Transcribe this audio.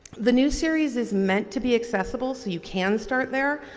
the new series is meant to be accessible so you can start there.